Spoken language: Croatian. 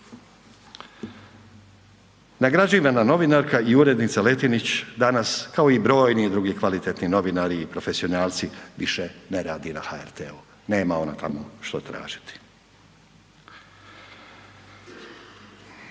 Nagrađivana novinarka i urednica Letinić danas kao i brojni drugi kvalitetni novinari i profesionalci više ne radi na HRT-u, nema ona što tamo tražiti.